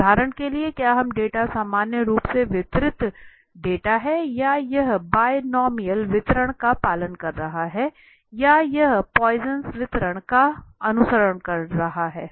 उदाहरण के लिए क्या यह डेटा सामान्य रूप से वितरित डेटा है या यह बाय नॉमिनल वितरण का पालन कर रहा है या यह पॉइसन वितरण का अनुसरण कर रहा है